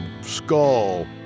Skull